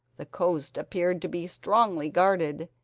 the coast appeared to be strongly guarded,